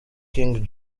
king